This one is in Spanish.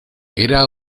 era